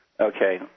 Okay